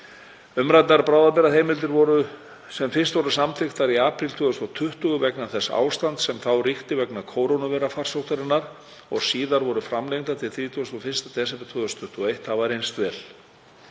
Umræddar bráðabirgðaheimildir sem fyrst voru samþykktar í apríl 2020 vegna þess ástands sem þá ríkti vegna kórónuveirufarsóttarinnar og síðar voru framlengdar til 31. desember 2021 hafa reynst vel.